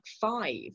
five